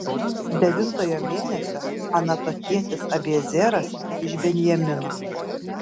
devintojo mėnesio anatotietis abiezeras iš benjamino